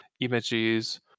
images